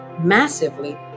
massively